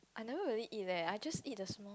I never really eat leh I just eat the small